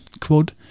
Quote